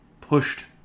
pushed